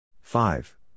Five